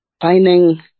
finding